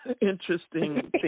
interesting